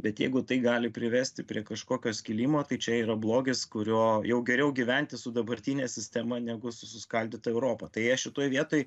bet jeigu tai gali privesti prie kažkokio skilimo tai čia yra blogis kurio jau geriau gyventi su dabartine sistema negu su suskaldyta europa tai aš šitoj vietoj